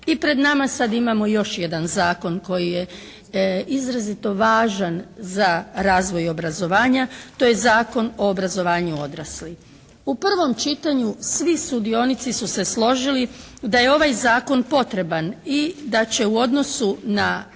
I pred nama sad imamo još jedan zakon koji je izrazito važan za razvoj i obrazovanja. To je Zakon o obrazovanju odraslih. U prvom čitanju svi sudionici su se složili da je ovaj zakon potreban i da će u odnosu na